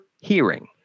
hearing